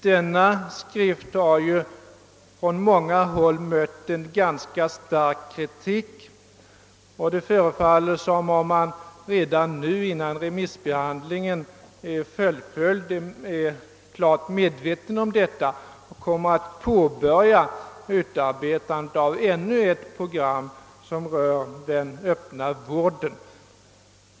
Denna skrift har från många håll mött en ganska stark kritik, och det förefaller som om man redan innan remissbehandlingen är slutförd är klart medveten om detta och kommer att påbörja utarbetandet av ännu ett program som rör den öppna vården.